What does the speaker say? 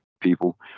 people